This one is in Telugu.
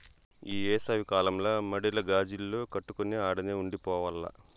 ఈ ఏసవి కాలంల మడిల గాజిల్లు కట్టుకొని ఆడనే ఉండి పోవాల్ల